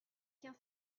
tiens